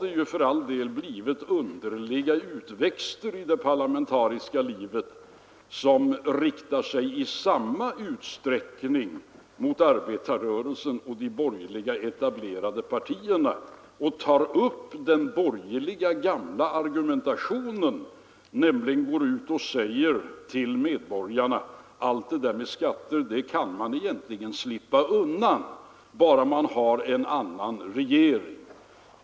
Men där har man fått en del underliga utväxter på det parlamentariska livet, vilka i lika grad har riktat sig emot arbetarrörelsen och mot de borgerliga, etablerade partierna, och som tagit upp den gamla borgerliga argumentationen att: Allt det där med skatter kan vi egentligen slippa, bara vi har en annan regering.